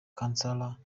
consular